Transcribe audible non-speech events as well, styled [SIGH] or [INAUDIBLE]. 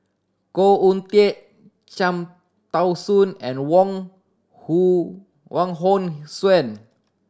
Khoo Oon Teik Cham Tao Soon and Wong [UNINTELLIGIBLE] Wong Hong Suen